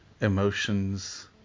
emotions